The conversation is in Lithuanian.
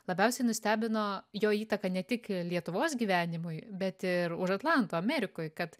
labiausiai nustebino jo įtaka ne tik lietuvos gyvenimui bet ir už atlanto amerikoj kad